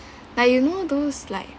like you know those like